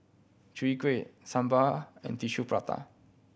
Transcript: Chwee Kueh sambal and Tissue Prata